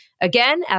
Again